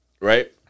right